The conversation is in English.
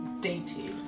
Dainty